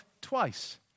twice